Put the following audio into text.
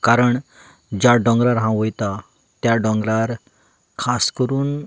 कारण ज्या दोंगरार हांव वयतां त्या दोंगरार खास करून